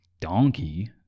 donkey